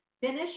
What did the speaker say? finish